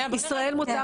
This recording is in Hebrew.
לישראל מותר